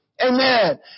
Amen